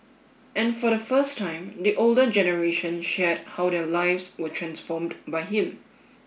and for the first time the older generation shared how their lives were transformed by him